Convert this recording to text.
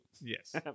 Yes